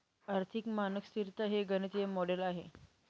आर्थिक मानक स्तिरता हे गणितीय मॉडेल आहे